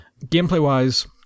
Gameplay-wise